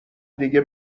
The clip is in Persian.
دیگه